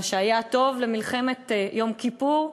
מה שהיה טוב למלחמת יום כיפור,